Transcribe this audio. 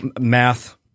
math